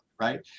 Right